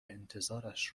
انتظارش